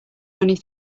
only